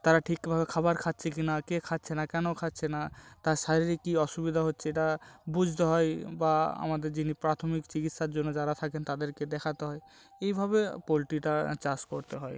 তারা ঠিকভাবে খাবার খাচ্ছে কিনা কে খাচ্ছে না কেন খাচ্ছে না তার শারীরিক কী অসুবিধা হচ্ছে এটা বুঝতে হয় বা আমাদের যিনি প্রাথমিক চিকিৎসার জন্য যারা থাকেন তাদেরকে দেখাতে হয় এইভাবে পোলট্রিটা চাষ করতে হয়